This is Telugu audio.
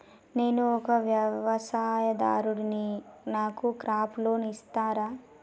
నేను ఒక వ్యవసాయదారుడిని నాకు క్రాప్ లోన్ ఇస్తారా?